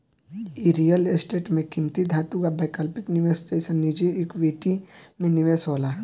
इ real estate में किमती धातु आ वैकल्पिक निवेश जइसन निजी इक्विटी में निवेश होला